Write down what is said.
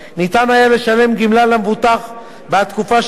ניתן היה לשלם גמלה למבוטח בעד